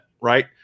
right